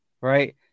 right